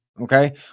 Okay